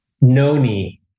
Noni